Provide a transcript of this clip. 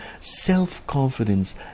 self-confidence